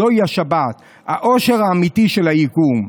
זוהי השבת, האושר האמיתי של היקום.